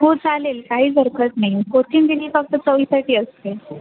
हो चालेल काहीच हरकत नाही कोथिंबीर ही फक्त चवीसाठी असते